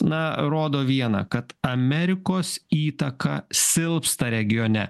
na rodo viena kad amerikos įtaka silpsta regione